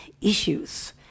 issues